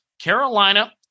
Carolina